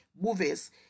movies